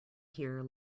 here